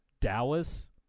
Dallas